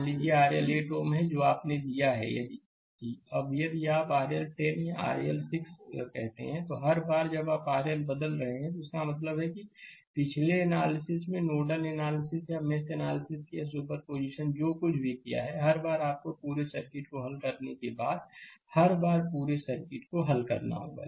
slide समय देखें 1945 मान लीजिए RL 8 Ω है जो आपने लिया है अब यदि आप RL 10 या RL 6 कहते हैं तो हर बार जब आप RL बदल रहे हैं तो इसका मतलब है कि पिछले एनालिसिस नोडल एनालिसिस या मेष एनालिसिस या सुपर पोजिशन जो कुछ भी किया है हर बार आपको पूरे सर्किट को हल करने के बाद हर बार पूरे सर्किट को हल करना होगा